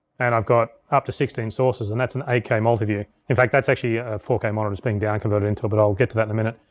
and i've got up to sixteen sources, and that's an eight k multiview. in fact, that's actually four k monitors being downconverted into it, but i'll get to that in a minute.